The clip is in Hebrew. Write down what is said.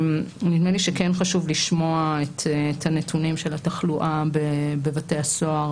נדמה לי שכן חשוב לשמוע את הנתונים של התחלואה בבתי הסוהר